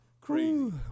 crazy